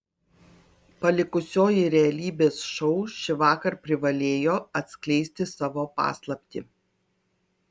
palikusioji realybės šou šįvakar privalėjo atskleisti savo paslaptį